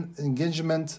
engagement